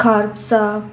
खारपसा